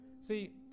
See